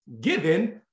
given